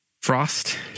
Frost